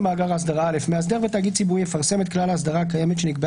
הסעיף מציע לייצר מאגר אחד שבו תפורסם כל האסדרה ולפיו כל